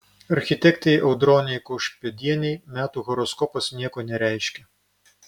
architektei audronei kaušpėdienei metų horoskopas nieko nereiškia